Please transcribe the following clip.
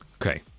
Okay